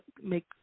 make